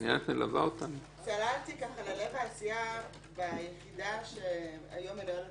צללתי ללב העשייה ביחידה שהיום מנוהלת